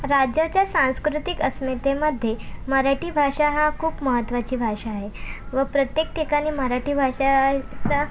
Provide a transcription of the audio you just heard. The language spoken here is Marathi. राज्याच्या सांस्कृतिक अस्मितेमध्ये मराठी भाषा हा खूप महत्वाची भाषा आहे व प्रत्येक ठिकाणी मराठी भाषा चा